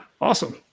Awesome